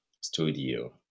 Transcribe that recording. studio